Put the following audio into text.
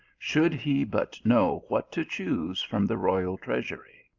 should he but know what to choose from the royal treasury.